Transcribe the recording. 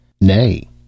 Nay